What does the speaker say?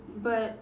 but